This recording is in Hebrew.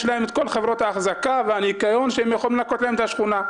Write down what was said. להן חברות אחזקה וניקיון שמנקות להן את השכונה.